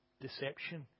deception